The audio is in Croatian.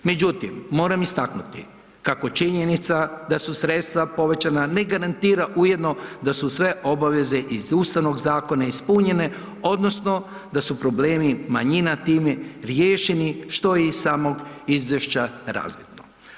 Međutim, moram istaknuti kako činjenica da su sredstva povećana ne garantira ujedno da su sve obaveze iz Ustavnog zakona ispunjene odnosno da su problemi manjina time riješeni, što je i iz samog izvješća razvidno.